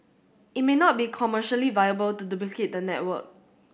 it may not be commercially viable to duplicate the network